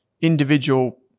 individual